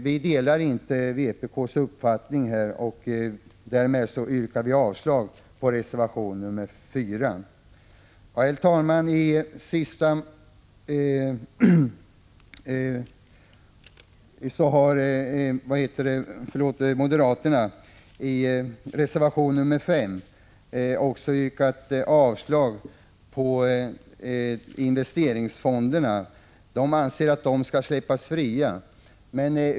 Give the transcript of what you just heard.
Vi delar inte vpk:s uppfattning på den punkten, och därmed yrkar jag avslag på reservation 4. Slutligen, herr talman, anser moderaterna i reservation 5 att investeringsfonderna bör släppas helt fria.